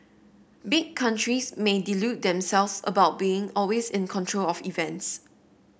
big countries may delude themselves about being always in control of events